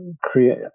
create